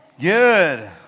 Good